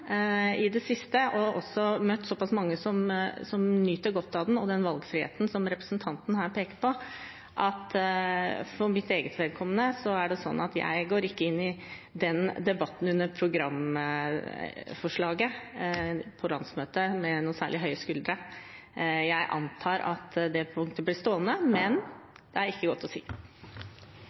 og møtt såpass mange som nyter godt av den og den valgfriheten som representanten her peker på, at jeg for mitt eget vedkommende ikke går med særlig høye skuldre inn i den debatten til programforslaget på landsmøtet. Jeg antar at det punktet blir stående, men det er ikke godt å si.